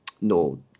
no